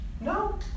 No